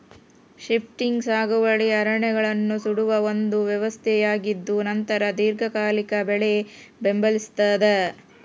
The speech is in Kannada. ಶಿಫ್ಟಿಂಗ್ ಸಾಗುವಳಿ ಅರಣ್ಯಗಳನ್ನು ಸುಡುವ ಒಂದು ವ್ಯವಸ್ಥೆಯಾಗಿದ್ದುನಂತರ ದೀರ್ಘಕಾಲಿಕ ಬೆಳೆ ಬೆಂಬಲಿಸ್ತಾದ